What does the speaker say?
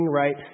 right